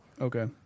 Okay